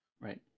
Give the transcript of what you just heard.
right